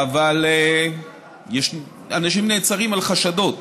אבל אנשים נעצרים על חשדות,